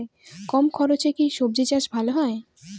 কম খরচে কি সবজি চাষ ভালো হয়?